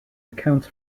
accounts